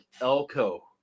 Elko